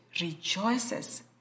rejoices